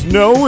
no